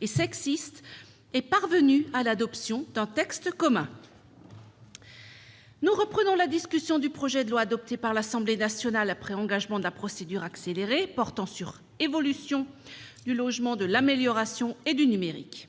et sexistes est parvenue à l'adoption d'un texte commun. Nous reprenons la discussion du projet de loi, adopté par l'Assemblée nationale après engagement de la procédure accélérée, portant évolution du logement, de l'aménagement et du numérique.